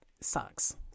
sucks